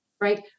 right